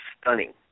stunning